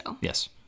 Yes